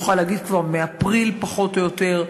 אני יכולה להגיד כבר מאפריל פחות או יותר,